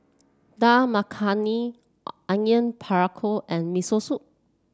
Dal Makhani Onion Pakora and Miso Soup